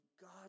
God